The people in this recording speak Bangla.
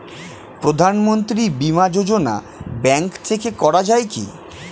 প্রধানমন্ত্রী বিমা যোজনা ব্যাংক থেকে করা যায় কি?